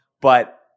but-